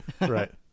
right